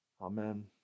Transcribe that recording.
Amen